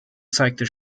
zeigte